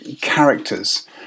characters